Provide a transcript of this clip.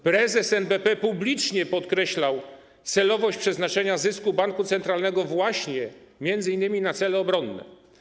Prezes NBP publicznie podkreślał celowość przeznaczenia zysku banku centralnego właśnie m.in. na cele obronne.